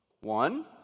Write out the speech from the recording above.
One